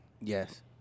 Yes